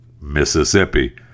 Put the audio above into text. mississippi